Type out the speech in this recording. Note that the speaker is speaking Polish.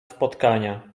spotkania